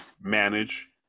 manage